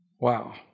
Wow